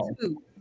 two